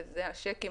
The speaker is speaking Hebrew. שזה הצ'קים,